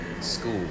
school